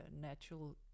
natural